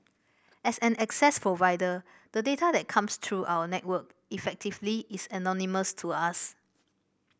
as an access provider the data that comes through our network effectively is anonymous to us